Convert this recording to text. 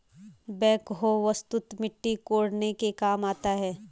backhoe वस्तुतः मिट्टी कोड़ने के काम आता है